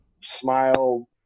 smile